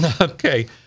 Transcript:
Okay